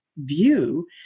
view